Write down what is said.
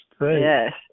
Yes